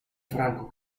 franco